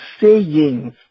sayings